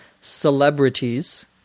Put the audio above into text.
celebrities